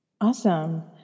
Awesome